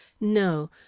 No